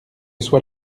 soit